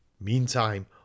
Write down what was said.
meantime